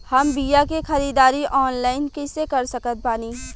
हम बीया के ख़रीदारी ऑनलाइन कैसे कर सकत बानी?